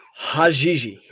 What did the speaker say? Hajiji